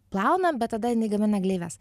plaunam bet tada jinai gamina gleives